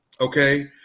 okay